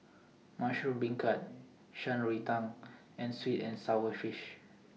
Mushroom Beancurd Shan Rui Tang and Sweet and Sour Fish